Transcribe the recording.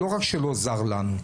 לא רק שלא זר לנו,